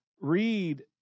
read